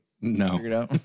No